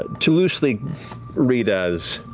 to loosely read as,